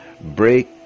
break